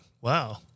Wow